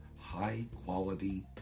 high-quality